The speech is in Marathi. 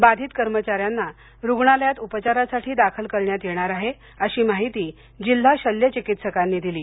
बाधित कर्मचाऱ्यांना रुग्णालयात उपचारासाठी दाखल करण्यात येणार आहे अशी माहिती जिल्हा शल्य चिकित्सकांनी दिली